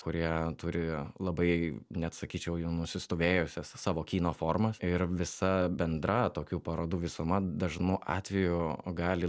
kurie turi labai net sakyčiau jau nusistovėjusias sąvokyno formas ir visa bendra tokių parodų visuma dažnu atveju gali